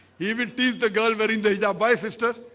he will tease the girl wearing the hijab my sister.